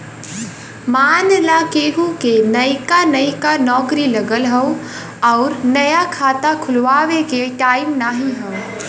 मान ला केहू क नइका नइका नौकरी लगल हौ अउर नया खाता खुल्वावे के टाइम नाही हौ